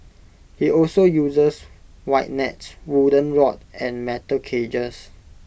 he also uses wide nets wooden rod and metal cages